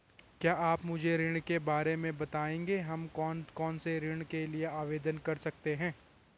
क्या आप मुझे ऋण के बारे में बताएँगे हम कौन कौनसे ऋण के लिए आवेदन कर सकते हैं?